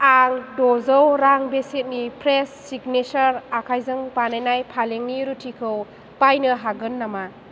आं द'जौ रां बेसेननि फ्रेस' सिगनेसार आखायजों बानायनाय पालेंनि रुटिखौ बायनो हागोन नामा